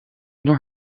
door